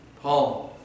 Paul